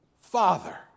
Father